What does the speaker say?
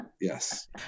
yes